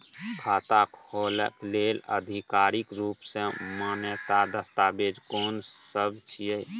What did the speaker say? खाता खोले लेल आधिकारिक रूप स मान्य दस्तावेज कोन सब छिए?